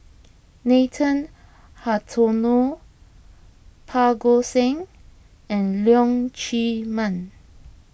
Nathan Hartono Parga Singh and Leong Chee Mun